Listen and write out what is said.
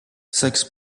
six